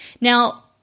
Now